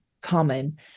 common